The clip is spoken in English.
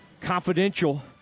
Confidential